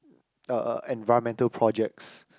uh uh environmental projects